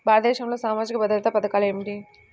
భారతదేశంలో సామాజిక భద్రతా పథకాలు ఏమిటీ?